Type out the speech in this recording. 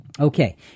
Okay